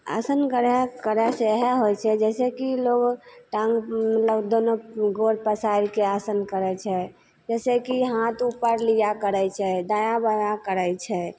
आसन करैसे इएह होइ छै जइसेकि लोक टाँग मतलब दुनू गोड़ पसारिके आसन करै छै जइसे कि हाथ उप्पर लिआ करै छै दायाँ बायाँ करै छै